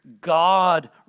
God